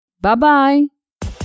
Bye-bye